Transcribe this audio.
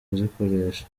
kuzikoresha